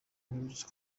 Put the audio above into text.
mperutse